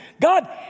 God